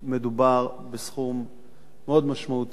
מדובר בסכום מאוד משמעותי,